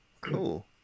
Cool